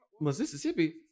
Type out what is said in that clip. Mississippi